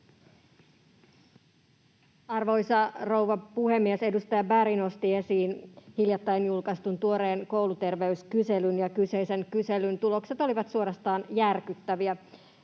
Arvoisa rouva puhemies! Edustaja Berg nosti esiin hiljattain julkaistun tuoreen kouluterveyskyselyn, ja kyseisen kyselyn tulokset olivat suorastaan järkyttäviä.